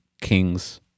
kings